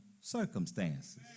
circumstances